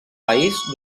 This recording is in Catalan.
país